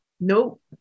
Nope